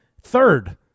third